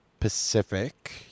pacific